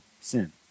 sin